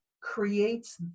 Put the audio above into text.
creates